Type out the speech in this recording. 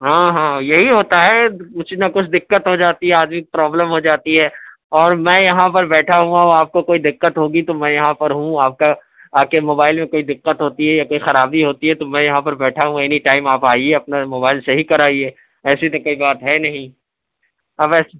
ہاں ہاں یہی ہوتا ہے کچھ نہ کچھ دقّت ہو جاتی ہے آدمی کو پرابلم ہو جاتی ہے اور میں یہاں پر بیٹھا ہوا ہوں آپ کو کوئی دقّت ہوگی تو میں یہاں پر ہوں آپ کا آپ کے موبائل میں کوئی دقّت ہوتی ہے یا کوئی خرابی ہوتی ہے تو میں یہاں پر بیٹھا ہوں اینی ٹائم آپ آئیے اپنا موبائل صحیح کرائیے ایسی تو کوئی بات ہے نہیں اب ایسے